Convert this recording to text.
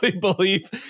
believe